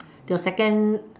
your second